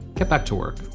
get back to work